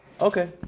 Okay